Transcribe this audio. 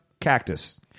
cactus